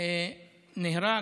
נהרג.